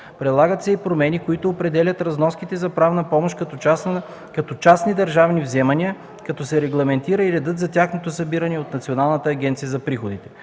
Предлагат се и промени, които определят разноските за правна помощ като частни държавни вземания, като се регламентира и редът за тяхното събиране от Националната агенция за приходите.